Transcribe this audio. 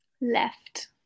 Left